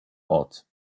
ort